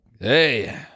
hey